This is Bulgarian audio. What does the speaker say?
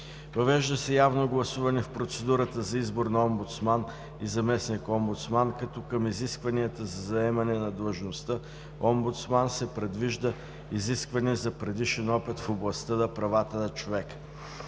Въвежда се явно гласуване в процедурата за избор на омбудсман и заместник-омбудсман, като към изискванията за заемане на длъжността „омбудсман“ се предвижда изискване за предишен опит в областта на правата на човека.